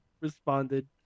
responded